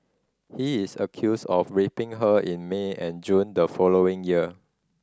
he is accused of raping her in May and June the following year